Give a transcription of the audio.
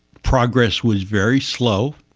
progress was very slow,